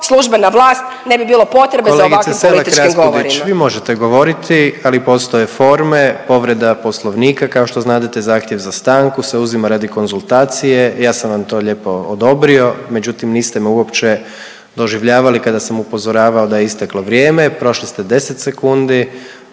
službena vlast, ne bi bilo potrebe za ovakvim političkim govorima. **Jandroković, Gordan (HDZ)** Kolegice Selak Raspudić vi možete govoriti, ali postoje forme, povreda Poslovnika kao što znadete, zahtjev za stanku se uzima radi konzultacije. Ja sam vam to lijepo odobrio, međutim niste me uopće doživljavali kada sam upozoravao da je isteklo vrijeme. Prošli ste 10 sekundi